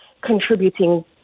contributing